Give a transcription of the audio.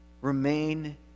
Remain